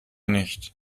nicht